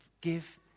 give